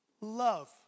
love